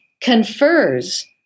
confers